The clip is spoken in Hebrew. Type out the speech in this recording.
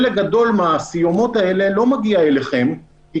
חלק גדול מהסיומות האלה לא מגיע אליכם כי